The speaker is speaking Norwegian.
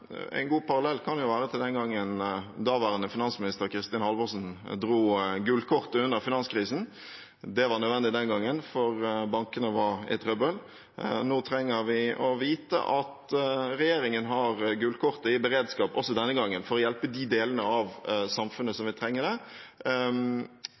en god parallell kan være til den gangen daværende finansminister Kristin Halvorsen dro gullkortet under finanskrisen. Det var nødvendig den gangen, for bankene var i trøbbel. Nå trenger vi å vite at regjeringen har gullkortet i beredskap også denne gangen for å hjelpe de delene av samfunnet